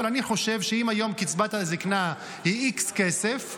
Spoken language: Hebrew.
אבל אני חושב שאם היום קצבת הזקנה היא איקס כסף,